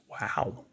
Wow